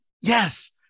yes